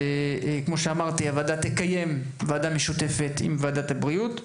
כאמור, הוועדה תקיים ועדה משותפת עם ועדת הבריאות.